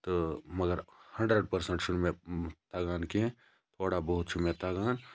تہٕ مَگَر hundred percent چھُنہٕ مےٚ تَگان کینٛہہ تھوڑا بہت چھُ مےٚ تَگان